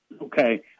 Okay